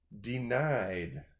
denied